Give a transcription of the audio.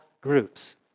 groups